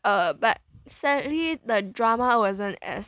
err but sadly the drama wasn't as